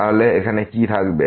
তাহলে এখানে কি থাকবে